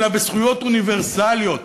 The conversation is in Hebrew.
אלא בזכויות אוניברסליות.